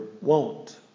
wont